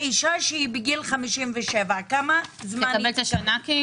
היא תקבל את השנה?